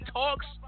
talks